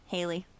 Haley